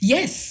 Yes